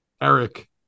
Eric